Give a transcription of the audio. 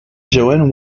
joanne